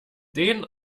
den